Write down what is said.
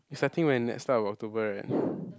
you starting when next start of October [right]